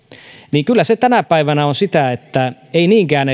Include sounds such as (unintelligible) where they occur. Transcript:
niin kyllä se tänä päivänä on sitä että ei niinkään (unintelligible)